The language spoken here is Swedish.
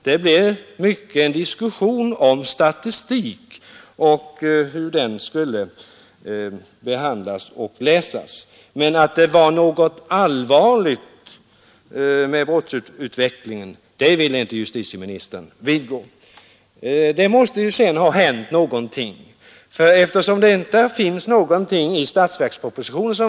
Det blev i mycket en diskussion om statistik och hur den skulle behandlas och läsas. Men att det var något allvarligt med brottsutvecklingen ville inte justitieministern vidgå. Det måste sedan ha hänt någonting. Såvitt jag kan se finns det inte någonting om saken i statsverkspropositionen.